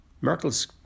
Merkel's